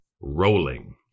rolling